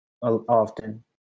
often